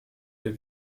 der